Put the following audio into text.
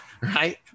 right